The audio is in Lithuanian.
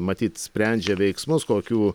matyt sprendžia veiksmus kokių